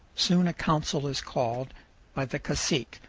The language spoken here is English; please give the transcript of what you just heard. soon a council is called by the cacique,